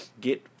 get